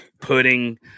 pudding